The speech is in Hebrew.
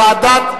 ועדת,